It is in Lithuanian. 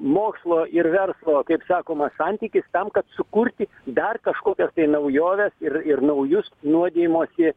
mokslo ir verslo kaip sakoma santykis tam kad sukurti dar kažkokias tai naujoves ir ir naujus nuodijimosi